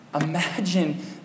Imagine